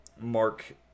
Mark